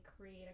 create